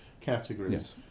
categories